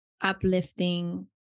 uplifting